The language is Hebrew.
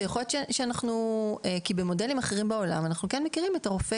כי במודלים אחרים בעולם אנחנו כן מכירים את הרופא